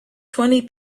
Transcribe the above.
twenty